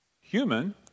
human